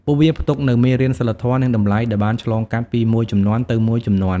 ពួកវាផ្ទុកនូវមេរៀនសីលធម៌ និងតម្លៃដែលបានឆ្លងកាត់ពីមួយជំនាន់ទៅមួយជំនាន់។